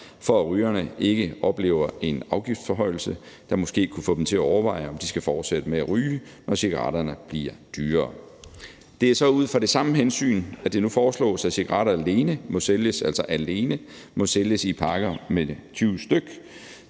for at rygerne ikke oplever en afgiftsforhøjelse, der måske kunne få dem til at overveje, om de skal fortsætte med at ryge, når cigaretterne bliver dyrere. Det er så ud fra det samme hensyn, at det nu foreslås, at cigaretter alene må sælges – altså alene –